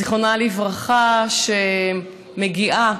זיכרונה לברכה, שמגיעה